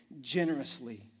generously